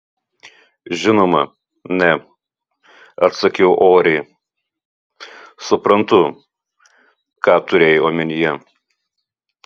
žinoma ne atsakau oriai suprantu ką turėjai omenyje